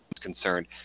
concerned